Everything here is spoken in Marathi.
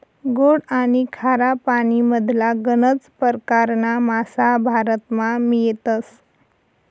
गोड आनी खारा पानीमधला गनज परकारना मासा भारतमा मियतस